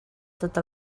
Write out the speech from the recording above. tot